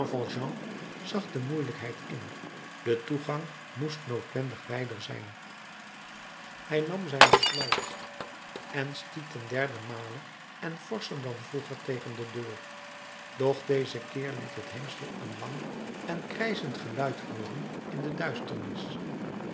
zag de moeielijkheid in de toegang moest noodwendig wijder zijn hij nam zijn besluit en stiet ten derden male en forscher dan vroeger tegen de deur doch dezen keer liet het hengsel een lang en krijschend geluid hooren in de duisternis